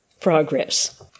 progress